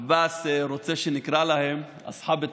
עבאס רוצה שנקרא להם "אצחאב א-תחדיאת"